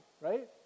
right